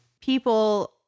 people